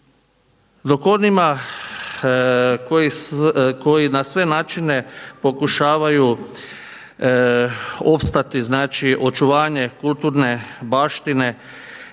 Dok onima koji na sve načine pokušavaju opstati, znači očuvanje kulturne baštine